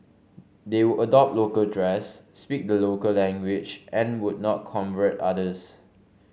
they would adopt local dress speak the local language and would not convert others